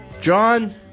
John